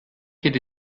hätte